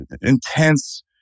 intense